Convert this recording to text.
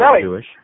Jewish